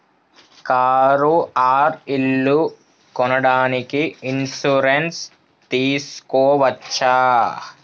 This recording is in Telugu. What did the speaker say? కారు ఆర్ ఇల్లు కొనడానికి ఇన్సూరెన్స్ తీస్కోవచ్చా?